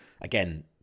again